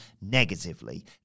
negatively